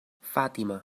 fàtima